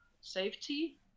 safety